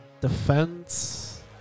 Defense